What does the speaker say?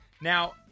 Now